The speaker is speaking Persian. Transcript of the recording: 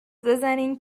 بزنین